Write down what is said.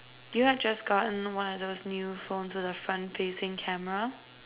you have just gotten one of those phones with a front facing camera